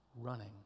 running